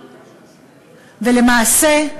ולמעשה,